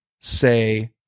say